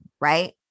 right